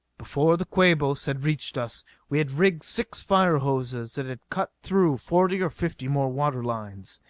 before the quabos had reached us we had rigged six fire-hoses and had cut through forty or fifty more water-lines.